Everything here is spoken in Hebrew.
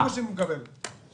הוא מקבל כמה גרושים.